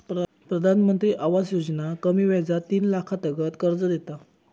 प्रधानमंत्री आवास योजना कमी व्याजार तीन लाखातागत कर्ज देता